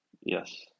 Yes